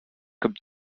comme